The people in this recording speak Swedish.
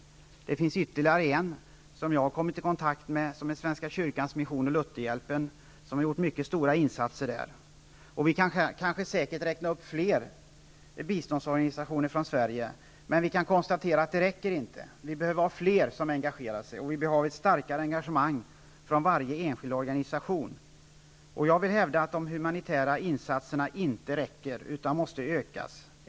Jag kan därutöver nämna att jag har kommit i kontakt med Svenska kyrkans mission och Lutherhjälpen som har gjort stora insatser i regionen. Vi kan säkert räkna upp fler svenska biståndsorganisationer, men vi måste konstatera att det här inte räcker. Det behöver vara ännu fler som engagerar sig, och det fordras ett starkare engagemang hos varje enskild organisation. Jag vill hävda att de humanitära insatserna inte räcker utan måste ökas.